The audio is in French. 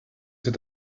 cet